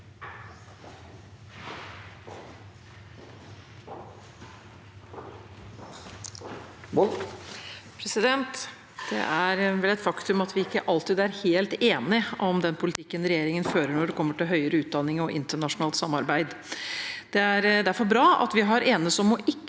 Det er vel et faktum at vi ikke alltid er helt enige om den politikken regjeringen fører når det gjelder høyere utdanning og internasjonalt samarbeid. Det er derfor bra at vi har entes om ikke